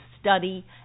study